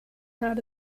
has